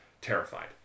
terrified